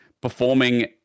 performing